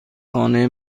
خانه